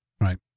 right